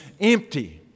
empty